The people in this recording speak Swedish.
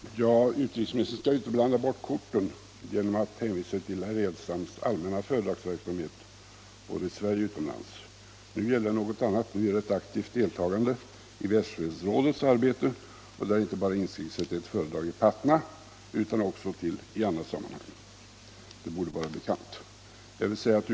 Herr talman! Utrikesministern skall inte blanda bort korten genom att hänvisa till herr Edelstams allmänna föredragsverksamhet både i Sverige och utomlands. Nu gäller det något annat — ett aktivt deltagande i Världsfredsrådets arbete, inte bara ett föredrag i Patna utan också i annat sammanhang. Det borde vara bekant.